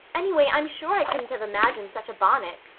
anyway, i'm sure i couldn't have imagined such a bonnet.